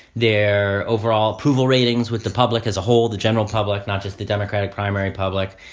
their overall approval ratings with the public as a whole, the general public, not just the democratic primary public,